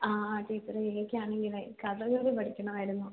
ആ ടീച്ചറെ എനിക്കാണെങ്കിൽ കഥകളി പഠിക്കണമായിരുന്നു